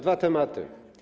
Dwa tematy.